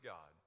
God